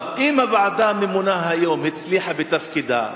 אם הוועדה הממונה היום הצליחה בתפקידה,